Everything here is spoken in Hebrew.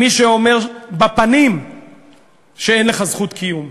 עם מי שאומר בפנים שאין לך זכות קיום?